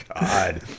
God